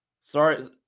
sorry